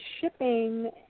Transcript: shipping